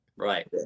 Right